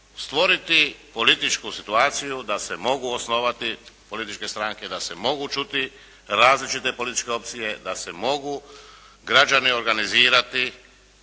stvoriti političku situaciju da se mogu osnovati političke stranke, da se mogu čuti različite političke opcije, da se mogu građani organizirati